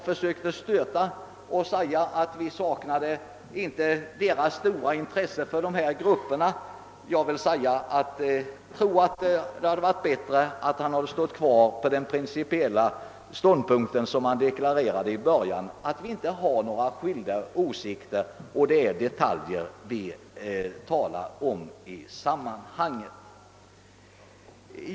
Han försökte göra gällande att vi saknade hans partis stora intresse för dessa grupper. Jag tror att det hade varit bättre om han hade stått kvar på den principiella ståndpunkt som han deklarerade i början, nämligen att vi inte har några skilda åsikter och att det endast är detaljer vi ordar om i sammanhanget.